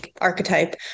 archetype